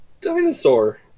dinosaur